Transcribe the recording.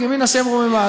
ימין ה' רוממה.